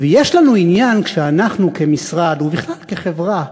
ויש לנו עניין, כשאנחנו כמשרד ובכלל כחברה